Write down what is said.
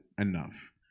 enough